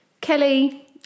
Kelly